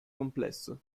complesso